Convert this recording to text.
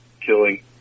killing